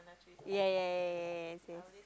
ya ya ya ya ya yes yes